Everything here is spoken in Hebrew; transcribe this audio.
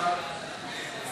מי נגד?